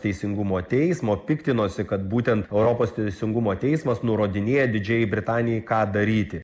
teisingumo teismo piktinosi kad būtent europos teisingumo teismas nurodinėja didžiajai britanijai ką daryti